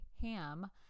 ham